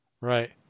Right